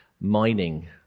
mining